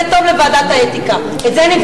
זה טוב לוועדת האתיקה, את זה נפתור במקום אחר.